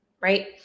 right